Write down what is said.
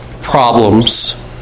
problems